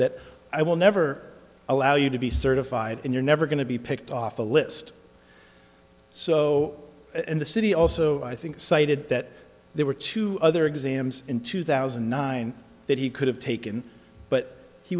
that i will never allow you to be certified and you're never going to be picked off the list so in the city also i think cited that there were two other exams in two thousand and nine that he could have taken but he